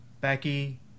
Becky